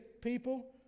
people